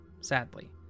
sadly